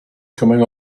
coming